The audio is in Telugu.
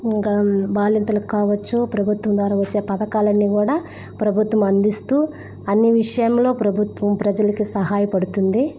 ఇంకా బాలింతలక్కావచ్చు ప్రభుత్వం ద్వారా వచ్చే పథకాలన్నీ కూడా ప్రభుత్వం అందిస్తూ అన్నీ విషయాల్లో ప్రభుత్వం ప్రజలకి సహాయపడుతుంది